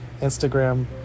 Instagram